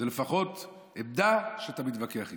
זאת לפחות עמדה שאתה מתווכח איתה.